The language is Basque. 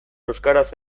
euskaraz